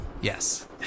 yes